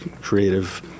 creative